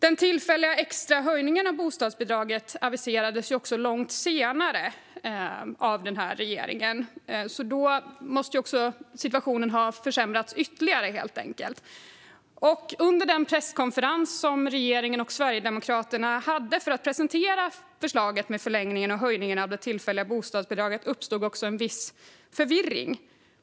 Den tillfälliga extra höjningen av bostadsbidraget aviserades också långt senare av regeringen, så därför måste situationen ha försämrats ytterligare. Under den presskonferens som regeringen och Sverigedemokraterna höll för att presentera förslaget om förlängning och höjning av det tillfälliga bostadsbidraget uppstod också en viss förvirring.